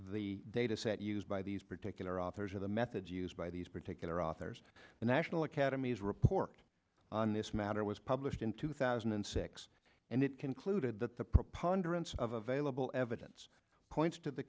the data set used by these particular authors are the methods used by these particular authors the national academies report on this matter was published in two thousand and six and it concluded that the preponderance of available evidence points to the